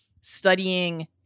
studying